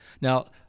Now